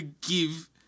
give